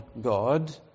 God